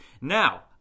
Now